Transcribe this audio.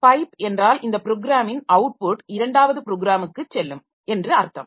pipe என்றால் இந்த ப்ரோக்ராமின் அவுட்புட் இரண்டாவது ப்ரோக்ராமுக்குச் செல்லும் என்று அர்த்தம்